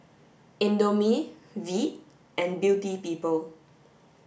Indomie Veet and Beauty People